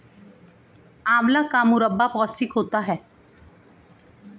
आंवला का मुरब्बा पौष्टिक होता है